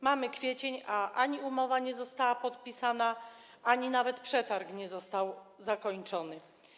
Mamy kwiecień, a ani umowa nie została podpisana, ani nawet przetarg nie został zakończony.